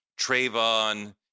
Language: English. Trayvon